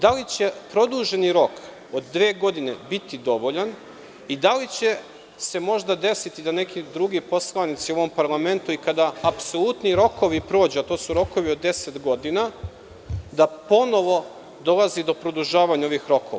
Da li će produženi rok od dve godine biti dovoljan i da li će se možda desiti da neki drugi poslanici u ovom parlamentu i kada apsolutni rokovi prođu, a to su rokovi od deset godina, da ponovo dolazi do produžavanja ovih rokova?